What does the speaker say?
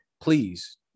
please